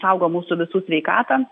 saugo mūsų visų sveikatą